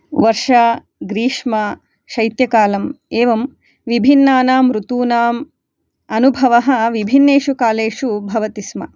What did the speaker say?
वर्षा ग्रीष्मशैत्यकालम् एवं विभिन्नानां ऋतूनाम् अनुभवः विभिन्नेषु कालेषु भवति स्म